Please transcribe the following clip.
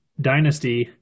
Dynasty